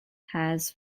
has